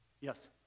Yes